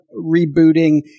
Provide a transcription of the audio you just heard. rebooting